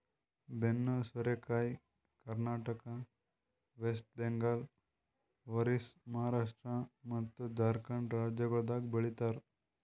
ಬೆನ್ನು ಸೋರೆಕಾಯಿ Karnataka, West Bengal, Orissa, Maharashtra ಮತ್ತ್ ಜಾರ್ಖಂಡ್ ರಾಜ್ಯಗೊಳ್ದಾಗ್ ಬೆ ಳಿತಾರ್